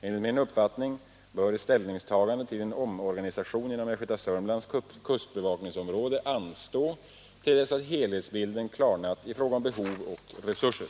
Enligt min uppfattning bör ett ställningstagande till en omorganisation inom Östgöta-Sörmlands kustbevakningsområde anstå till dess att helhetsbilden klarnat i fråga om behov och resurser.